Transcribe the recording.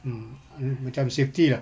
mm mm macam safety ah